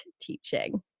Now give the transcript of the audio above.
teaching